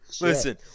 Listen